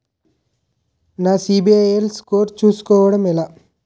నా సిబిఐఎల్ స్కోర్ చుస్కోవడం ఎలా?